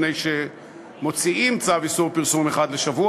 מפני שמוציאים צו איסור פרסום אחד לשבוע